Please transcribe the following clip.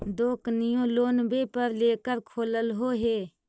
दोकनिओ लोनवे पर लेकर खोललहो हे?